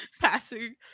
Passing